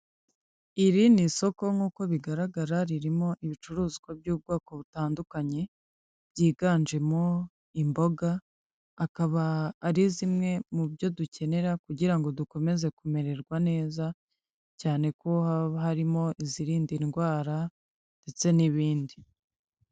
Iri ni isoko nk'uko bigaragara ririmo ibicuruzwa by'ubwoko butandukanye, byiganjemo imboga, akaba ari zimwe mu byo dukenera kugira ngo dukomeze kumererwa neza, cyane kuko haba harimo izirinda indwara ndetse n'ibindi.